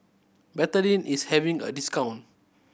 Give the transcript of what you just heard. betadine is having a discount